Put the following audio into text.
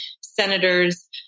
senators